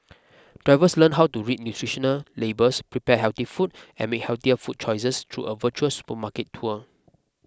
drivers learn how to read nutritional labels prepare healthy food and make healthier food choices through a virtual supermarket tour